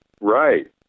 Right